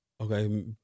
Okay